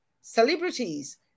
celebrities